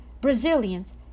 Brazilians